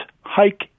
hike